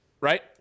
Right